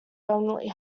permanently